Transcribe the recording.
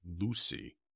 Lucy